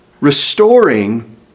restoring